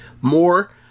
more